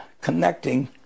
connecting